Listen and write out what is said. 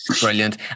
Brilliant